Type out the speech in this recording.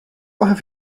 have